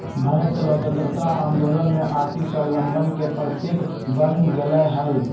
भारत के स्वतंत्रता आंदोलन में आर्थिक स्वाबलंबन के प्रतीक बन गेलय हल